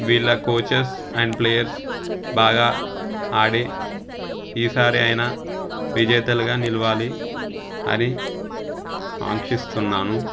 వీళ్ళ coaches and players బాగా ఆడి ఈసారి అయినా విజేతలుగా నిలవాలి అని ఆంక్షిస్తున్నాను